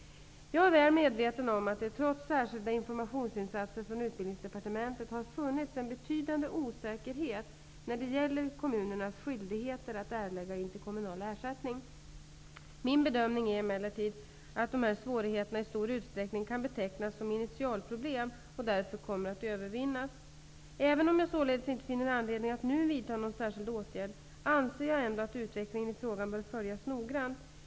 Jag är väl medveten om att det, trots särskilda informationsinsatser från Utbildningsdepartementet, har funnits en betydande osäkerhet när det gäller kommunernas skyldigheter att erlägga interkommunal ersättning. Min bedömning är emellertid att dessa svårigheter i stor utsträckning kan betecknas som initialproblem och därför kommer att övervinnas. Även om jag således inte finner anledning att nu vidta någon särskild åtgärd anser jag ändå att utvecklingen i frågan bör följas noggrant.